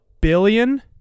billion